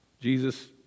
Jesus